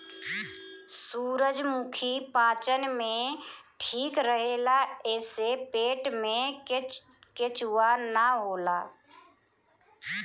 सूरजमुखी पाचन में ठीक रहेला एसे पेट में केचुआ ना होला